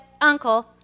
uncle